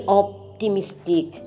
optimistic